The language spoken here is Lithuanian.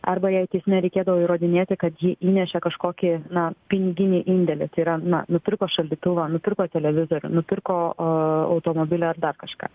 arba jai teisme reikėdavo įrodinėti kad ji įnešė kažkokį na piniginį indėlį tai yra na nupirko šaldytuvą nupirko televizorių nupirko automobilį ar dar kažką